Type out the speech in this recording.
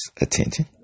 attention